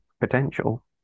potential